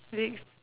next